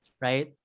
Right